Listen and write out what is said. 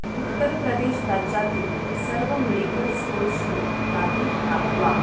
उत्तर प्रदेश राज्यातील सर्व मेडिकल स्टोअरची यादी दाखवा